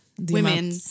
women